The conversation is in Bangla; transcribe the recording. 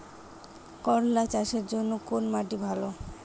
করলা চাষের জন্য কোন মাটি ভালো?